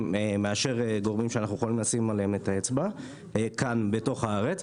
מאשר גורמים שאנחנו יכולים לשים עליהם את האצבע כאן בתוך הארץ.